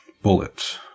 bullets